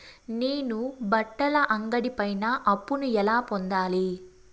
నేను బట్టల అంగడి పైన అప్పును ఎలా పొందాలి?